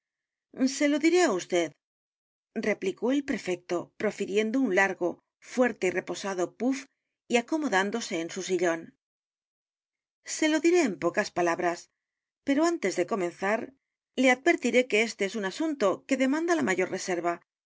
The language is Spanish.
se lo diré á vd replicó el prefecto profiriendo un largo fuerte y reposado puff y acomodándose en su sillón se lo diré en pocas palabras pero antes de comenzar le advertiré que este es un asunto que demanda la mayor reserva